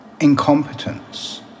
incompetence